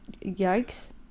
Yikes